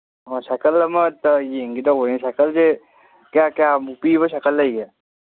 ꯑꯣ ꯁꯥꯏꯀꯜ ꯑꯃꯇ ꯌꯦꯡꯒꯦ ꯇꯧꯕꯅꯤ ꯁꯥꯏꯀꯜꯁꯦ ꯀꯌꯥ ꯀꯌꯥꯃꯨꯛ ꯄꯤꯕ ꯁꯥꯏꯀꯜ ꯂꯩꯒꯦ